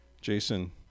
Jason